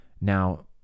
Now